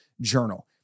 journal